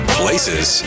places